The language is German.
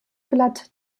glatt